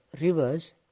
rivers